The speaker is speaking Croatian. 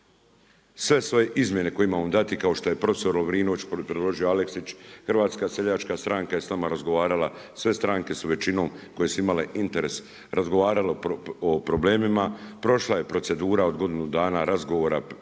sve svoje izmjene koje imamo dati kao što je prof. Lovrinović predložio, Aleksić, HSS je s nama razgovarala, sve stranke su većinom koje su imale interes razgovaralo o problemima. Prošla je procedura od godinu dana razgovora tj.